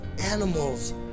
animals